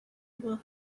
will